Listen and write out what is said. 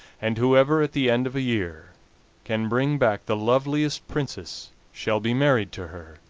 and whoever at the end of a year can bring back the loveliest princess shall be married to her,